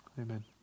Amen